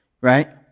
right